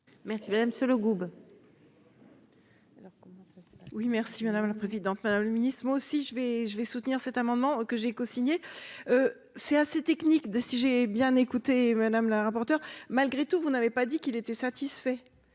merci madame la présidente, madame le Ministre, moi aussi je vais je vais soutenir cet amendement que j'ai cosigné c'est assez technique des si j'ai bien écouté Madame la rapporteure, malgré tout, vous n'avez pas dit qu'il était satisfait,